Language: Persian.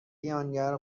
بیانگر